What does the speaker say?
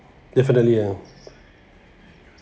definitely